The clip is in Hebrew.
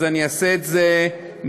אז אני אעשה את זה מהר.